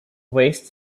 west